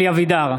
(קורא בשמות חברי הכנסת) אלי אבידר,